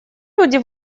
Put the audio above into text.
люди